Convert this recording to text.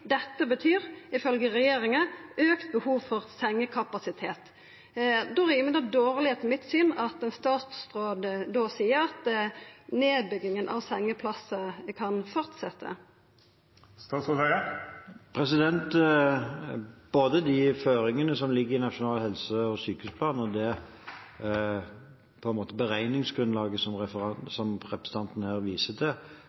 Dette betyr økt behov for sengekapasitet.» Dette altså ifølgje regjeringa. Då rimar det etter mitt syn dårleg at statsråden seier at nedbygginga av sengeplassar kan fortsetja. Både de føringene som ligger i Nasjonal helse- og sykehusplan og det beregningsgrunnlaget som